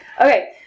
Okay